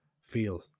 feel